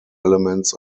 elements